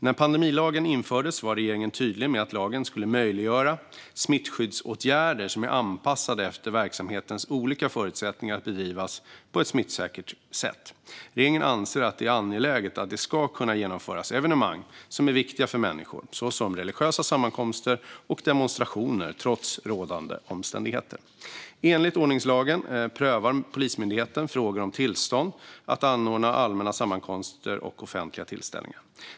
När pandemilagen infördes var regeringen tydlig med att lagen skulle möjliggöra smittskyddsåtgärder som är anpassade efter verksamheternas olika förutsättningar att bedrivas på ett smittsäkert sätt. Regeringen anser att det är angeläget att det ska kunna genomföras evenemang som är viktiga för människor, såsom religiösa sammankomster och demonstrationer, trots rådande omständigheter. Enligt ordningslagen prövar Polismyndigheten frågor om tillstånd att anordna allmänna sammankomster och offentliga tillställningar.